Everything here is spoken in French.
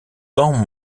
temps